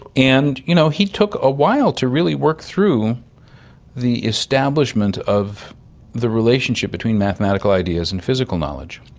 and you know he took a while to really work through the establishment of the relationship between mathematical ideas and physical knowledge.